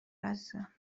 عزیزم